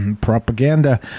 propaganda